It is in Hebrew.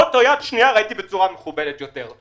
אוטו יד שנייה אני רואה בצורה מכובדת יותר.